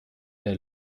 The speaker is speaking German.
der